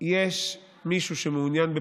איש ימין.